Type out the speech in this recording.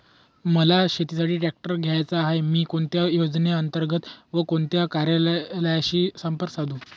मला शेतीसाठी ट्रॅक्टर घ्यायचा आहे, मी कोणत्या योजने अंतर्गत व कोणत्या कार्यालयाशी संपर्क साधू?